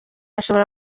ashobora